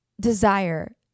desire